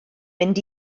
mynd